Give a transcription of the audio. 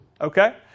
okay